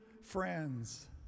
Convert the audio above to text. friends